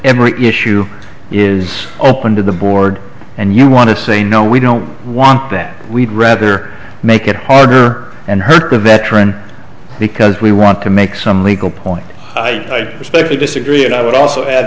every issue is open to the board and you want to say no we don't want that we'd rather make it harder and hurt the veteran because we want to make some legal point i respectfully disagree and i would also add